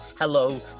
hello